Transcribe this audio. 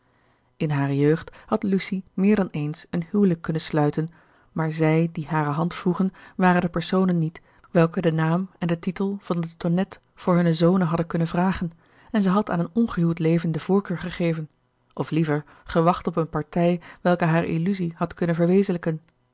in hare jeugd had lucie meer dan eens een huwelijk kunnen sluiten maar zj die hare hand vroegen waren de personen niet welke den naam en den titel van de tonnette voor hunne zonen hadden kunnen vragen en zij had aan een ongehuwd leven de voorkeur gegeven of liever gewacht op eene partij welke hare illusie had kunnen verwezenlijken